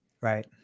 right